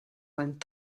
vingt